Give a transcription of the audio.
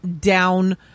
down